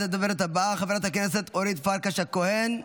הדוברת הבאה, אורית פרקש הכהן,